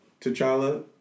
T'Challa